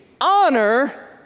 Honor